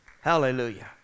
Hallelujah